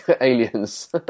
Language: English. aliens